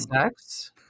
sex